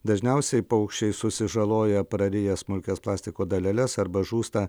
dažniausiai paukščiai susižaloja prariję smulkias plastiko daleles arba žūsta